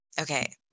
Okay